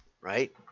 Right